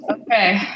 Okay